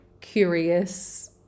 curious